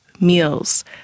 meals